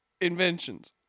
Inventions